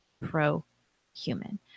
pro-human